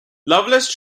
lovelace